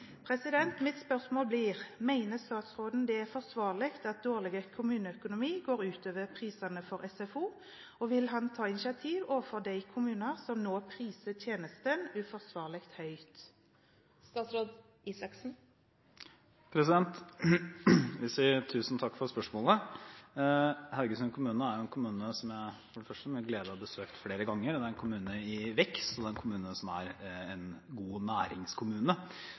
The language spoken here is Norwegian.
statsråden det er forsvarlig at dårlig kommuneøkonomi går ut over prisene for SFO, og vil han ta initiativ overfor de kommuner som nå priser tjenesten uforsvarlig høyt?» Jeg sier tusen takk for spørsmålet. Haugesund kommune er for det første en kommune som jeg med glede har besøkt flere ganger. Det er en kommune i vekst, og det er en kommune som er en god næringskommune.